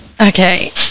Okay